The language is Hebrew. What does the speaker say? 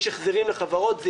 יש החזרים לחברות.